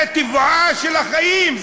זה טבעם של החיים,